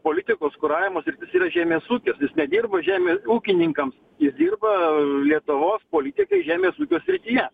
politikos kuravimo sritis yra žemės ūkis nedirbo žemę ūkininkams jis dirba lietuvos politikai žemės ūkio srityje